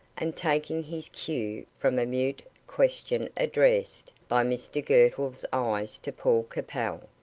and, taking his cue from a mute question addressed by mr girtle's eyes to paul capel,